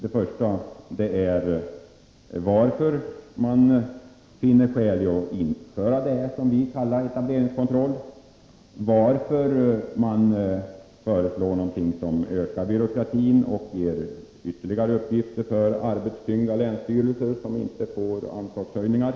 En fråga var vilka skäl man har för att införa vad vi vill kalla för etableringskontroll. Vidare frågade jag varför man föreslår någonting som ökar byråkratin och ger ytterligare uppgifter åt de arbetstyngda länsstyrelserna, som inte får några anslagshöjningar.